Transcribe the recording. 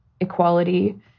equality